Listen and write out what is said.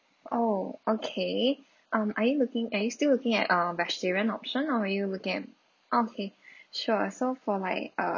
oh okay um are you looking are you still looking at uh vegetarian option or you looking at okay sure so for like uh